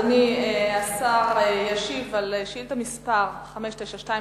אדוני השר ישיב על שאילתא מס' 592,